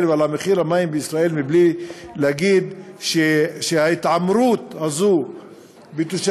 ועל מחיר המים בישראל מבלי להגיד שההתעמרות הזו בתושבים,